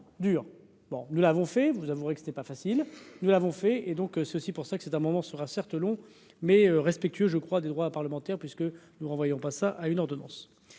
nous l'avons fait vous avouerez que c'était pas facile, nous l'avons fait et donc, c'est aussi pour ça que c'est un moment sera certes long mais respectueux, je crois, des droits parlementaires puisque nous renvoyons pas ça à une ordonnance